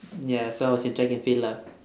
ya so I was in track and field lah